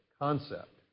concept